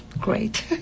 great